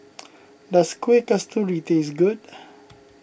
does Kuih Kasturi taste good